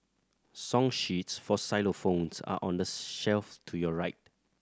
song sheets for xylophones are on the shelf to your right